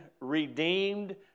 redeemed